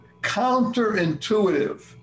Counterintuitive